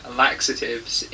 laxatives